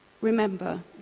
remember